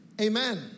Amen